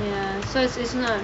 ya so it's not